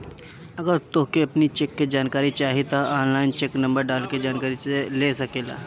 अगर तोहके अपनी चेक के जानकारी चाही तअ ऑनलाइन चेक नंबर डाल के जानकरी ले सकेला